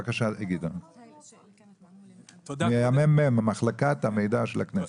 בבקשה גדעון מהממ"מ, מחלקת המידע של הכנסת.